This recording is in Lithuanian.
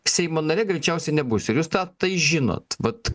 seimo nare greičiausiai nebus ir jūs tą tai žinot vat